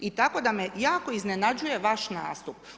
I tako da me jako iznenađuje vaš nastup.